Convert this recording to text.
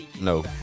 No